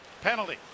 penalty